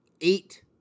eight